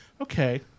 okay